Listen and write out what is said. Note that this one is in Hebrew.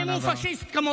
גם אם הוא פשיסט כמוך.